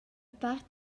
part